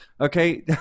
Okay